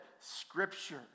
scripture